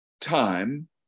time